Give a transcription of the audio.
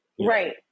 Right